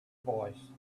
voice